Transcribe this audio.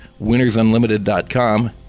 winnersunlimited.com